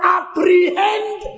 apprehend